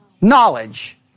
Knowledge